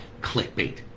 clickbait